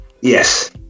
Yes